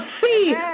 see